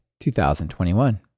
2021